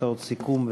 הצעות סיכום ונצביע.